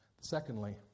Secondly